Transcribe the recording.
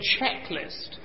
checklist